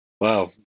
Wow